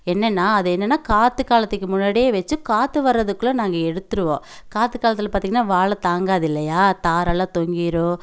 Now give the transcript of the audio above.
என்னென்னா அது என்னென்னா காற்று காலத்துக்கு முன்னாடியே வச்சி காற்று வரதுக்குள்ளே நாங்கள் எடுத்துருவோம் காற்று காலத்தில் பார்த்தீங்கன்னா வாழை தாங்காது இல்லையா தார் எல்லாம் தொங்கிரும்